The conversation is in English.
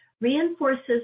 reinforces